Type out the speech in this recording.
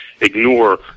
ignore